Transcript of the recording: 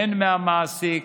הן מהמעסיק